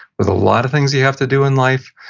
with a lot of things you have to do in life,